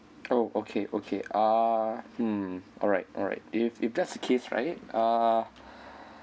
oh okay okay ah mm alright alright if if that's the case right ah